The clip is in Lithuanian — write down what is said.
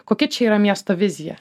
kokia čia yra miesto vizija